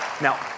Now